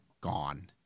gone